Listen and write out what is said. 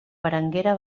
berenguera